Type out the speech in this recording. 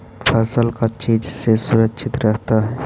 फसल का चीज से सुरक्षित रहता है?